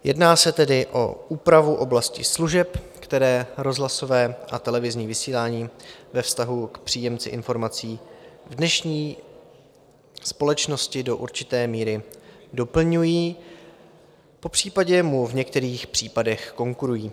Jedná se tedy o úpravu v oblasti služeb, které rozhlasové a televizní vysílání ve vztahu k příjemci informací v dnešní společnosti do určité míry doplňují, popřípadě mu v některých případech konkurují.